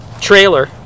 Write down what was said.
trailer